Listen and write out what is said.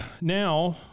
now